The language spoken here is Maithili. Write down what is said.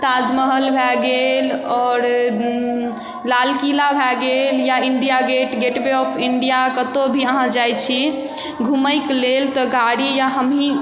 ताजमहल भऽ गेल आओर लाल किला भऽ गेल या India gate gateway of India कतहु भी अहाँ जाइ छी घुमैके लेल गाड़ी या हमहीँ